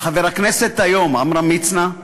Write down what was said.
חבר הכנסת היום עמרם מצנע,